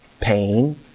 pain